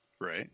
Right